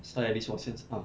start at least ah